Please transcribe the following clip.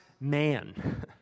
man